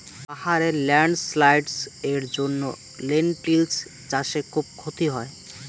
পাহাড়ে ল্যান্ডস্লাইডস্ এর জন্য লেনটিল্স চাষে খুব ক্ষতি হয়